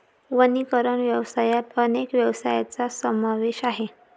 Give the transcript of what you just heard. वनीकरण व्यवसायात अनेक व्यवसायांचा समावेश आहे